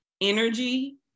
energy